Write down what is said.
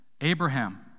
Abraham